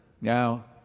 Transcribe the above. Now